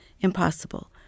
impossible